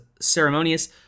ceremonious